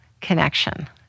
connection